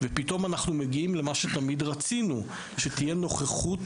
ופתאום אנחנו מגיעים למה שתמיד רצינו שתהיה נוכחות